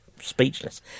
speechless